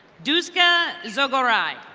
dusca zugary.